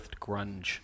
grunge